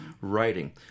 writing